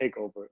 takeover